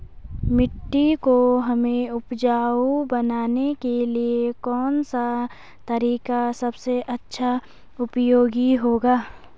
मिट्टी को हमें उपजाऊ बनाने के लिए कौन सा तरीका सबसे अच्छा उपयोगी होगा?